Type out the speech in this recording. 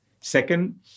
Second